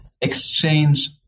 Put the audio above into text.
exchange